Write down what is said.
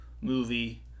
movie